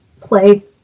play